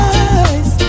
eyes